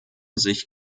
sich